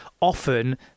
often